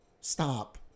Stop